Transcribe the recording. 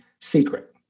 secret